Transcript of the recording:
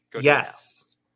Yes